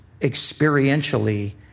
experientially